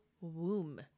womb